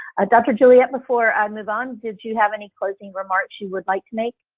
ah dr. juliette, before i move on did you have any closing remarks you would like to make?